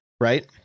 Right